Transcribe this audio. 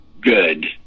good